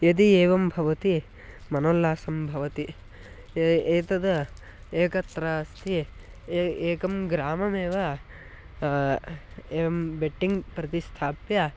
यदि एवं भवति मनोल्लासं भवति एतद् एकत्र अस्ति एकं ग्राममेव एवं बेट्टिङ्ग् प्रति स्थाप्य